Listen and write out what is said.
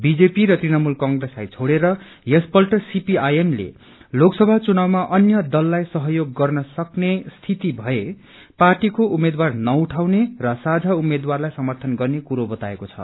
BJP र तृणमूल कंप्रेसलाई छोड़ेर यसपल्ट सीपीआईएम ले लोकसभा चुनावमा अन्य दललाई सहयोग गर्न सक्ने स्थिति भए पार्टीको उम्मेदवार नउठाउने र साझा उम्मेद्वारलाई समर्थन गर्ने कुरा बताएको छ